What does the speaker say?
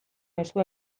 mezu